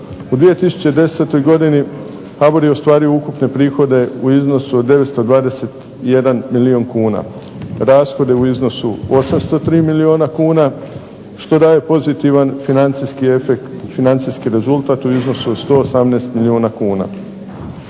U 2010. godini HBOR je ostvario ukupne prihode u iznosu od 921 milijun kuna, rashode u iznosu 803 milijuna kuna što daje pozitivan financijski rezultat u iznosu od 118 milijuna kuna.